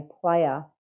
player